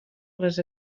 les